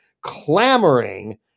clamoring